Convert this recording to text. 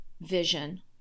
vision